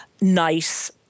nice